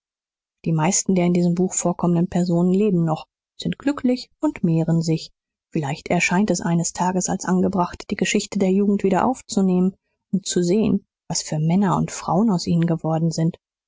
die meisten der in diesem buch vorkommenden personen leben noch sind glücklich und mehren sich vielleicht erscheint es eines tages als angebracht die geschichte der jugend wieder aufzunehmen und zu sehen was für männer und frauen aus ihnen geworden sind